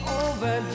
over